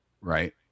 right